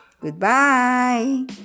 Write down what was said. Goodbye